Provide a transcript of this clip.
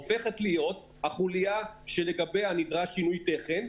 הופכת להיות החוליה שלגביה נדרש שינוי תכן,